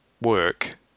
work